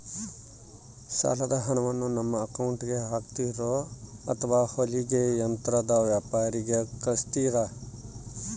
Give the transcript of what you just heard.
ಸಾಲದ ಹಣವನ್ನು ನಮ್ಮ ಅಕೌಂಟಿಗೆ ಹಾಕ್ತಿರೋ ಅಥವಾ ಹೊಲಿಗೆ ಯಂತ್ರದ ವ್ಯಾಪಾರಿಗೆ ಕಳಿಸ್ತಿರಾ?